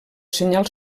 senyal